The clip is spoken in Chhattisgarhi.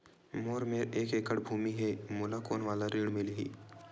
मोर मेर एक एकड़ भुमि हे मोला कोन वाला ऋण मिलही?